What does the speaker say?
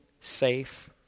safe